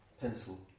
pencil